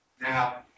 Now